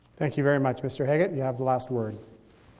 thank you very much. mister haggit, you have the last word.